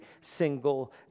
single